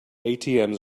atms